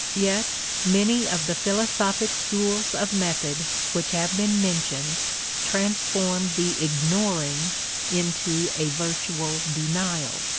yet many of the philosophic schools of method which have been mentioned transform the ignoring into a virtual denial.